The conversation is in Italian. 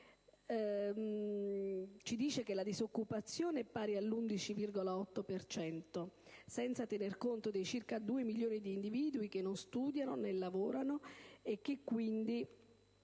che la disoccupazione è pari all'11,8 per cento, senza tener conto dei circa due milioni di individui che non studiano, non lavorano e che quindi